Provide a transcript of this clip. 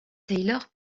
taylor